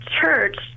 church